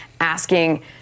asking